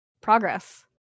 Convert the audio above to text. progress